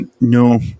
No